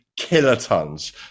kilotons